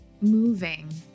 moving